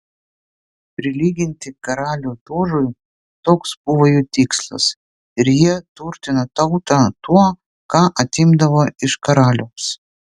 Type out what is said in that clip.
prilyginti karalių dožui toks buvo jų tikslas ir jie turtino tautą tuo ką atimdavo iš karaliaus